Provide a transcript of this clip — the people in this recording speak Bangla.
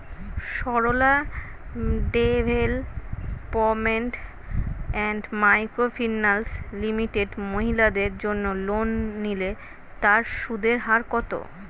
Sarala development and microfinance limited মহিলাদের জন্য লোন নিলে তার সুদের হার কত?